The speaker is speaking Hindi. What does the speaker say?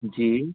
जी